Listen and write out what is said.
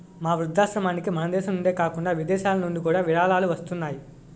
మా వృద్ధాశ్రమానికి మనదేశం నుండే కాకుండా విదేశాలనుండి కూడా విరాళాలు వస్తున్నాయి